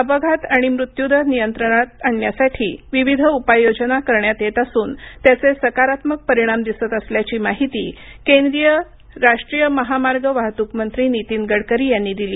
अपघात आणि मृत्यूदर नियंत्रणात आणण्यासाठी विविध उपाययोजना करण्यात येत असून त्याचे सकारात्मक परिणाम दिसत असल्याची माहिती केंद्रीय राष्ट्रीय महामार्ग वाहत्क मंत्री नीतीन गडकरी यांनी दिली